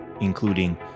including